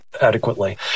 adequately